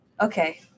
Okay